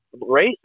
race